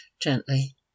gently